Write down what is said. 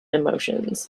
emotions